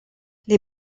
les